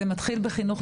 זה מתחיל בחינוך,